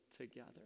together